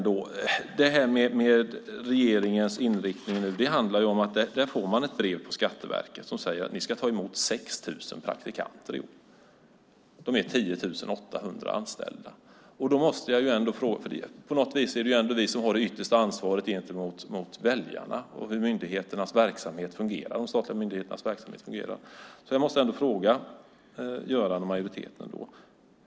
Skatteverket får ett brev som säger att man ska ta emot 6 000 praktikanter. Det är 10 800 anställda. Det är ändå vi som har det yttersta ansvaret gentemot väljarna när det gäller hur de statliga myndigheternas verksamhet fungerar.